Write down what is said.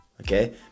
okay